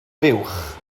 fuwch